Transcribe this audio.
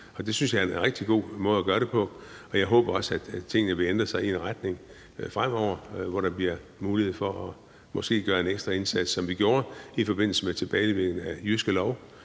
Det synes jeg er en rigtig god måde at gøre det på, og jeg håber også, at tingene fremover vil ændre sig i en retning, hvor der bliver mulighed for måske at gøre en ekstra indsats, ligesom vi gjorde i forbindelse med tilbageleveringen af Jyske Lov